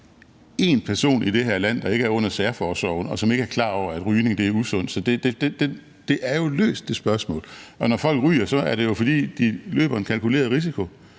én person i det her land, der ikke er under særforsorgen, som ikke er klar over, at rygning er usundt. Så det spørgsmål er jo løst. Og når folk ryger, er det jo, fordi de løber en kalkuleret risiko.